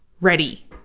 ready